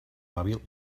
hàbil